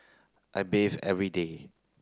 I bathe every day